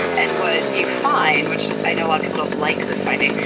and what you find, which i know a lot of people don't like this finding,